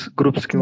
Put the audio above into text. groups